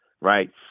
right